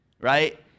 right